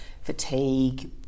fatigue